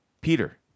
Peter